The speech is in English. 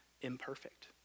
imperfect